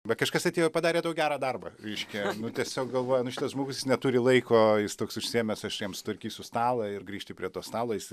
bet kažkas atėjo ir padarė tau gerą darbą reiškia nu tiesiog galvoja nu šitas žmogus jis neturi laiko jis toks užsiėmęs aš jam sutvarkysiu stalą ir grįžti prie to stalo jis